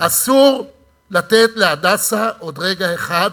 אסור לתת ל"הדסה" עוד רגע אחד